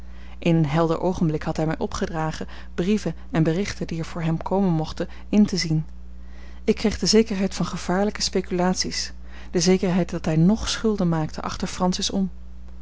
in een helder oogenblik had hij mij opgedragen brieven en berichten die er voor hem komen mochten in te zien ik kreeg de zekerheid van gevaarlijke speculaties de zekerheid dat hij ng schulden maakte achter francis om